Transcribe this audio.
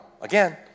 Again